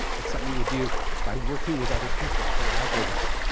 it's something you do by working with other people collaboratively.